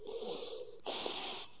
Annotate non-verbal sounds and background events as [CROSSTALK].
[BREATH]